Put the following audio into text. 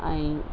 ऐं